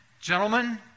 Gentlemen